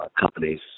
companies